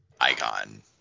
icon